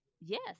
Yes